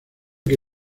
que